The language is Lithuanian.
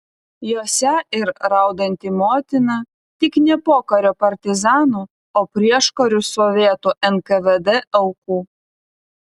jose ir raudanti motina tik ne pokario partizanų o prieškariu sovietų nkvd aukų